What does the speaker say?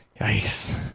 nice